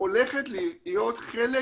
הולכת להיות חלק